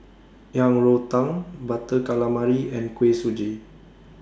Yang Rou Tang Butter Calamari and Kuih Suji